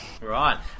Right